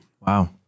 wow